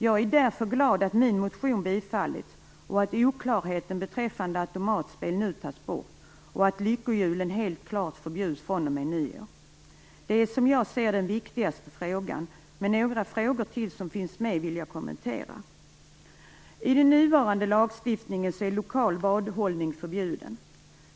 Jag är därför glad att min motion tillstyrkts, att oklarheten beträffande automatspel nu tas bort och att lyckohjulen klart förbjuds fr.o.m. nyår. Det är som jag ser det den viktigaste frågan, men några frågor till som finns med vill jag kommentera. I den nuvarande lagstiftningen är lokal vadhållning förbjuden.